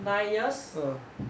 nine years